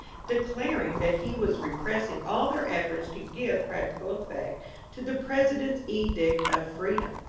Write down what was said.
declaring that he was repressing all their efforts to give practical effect to the president's edict of freedom.